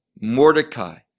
Mordecai